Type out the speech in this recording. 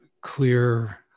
clear